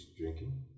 drinking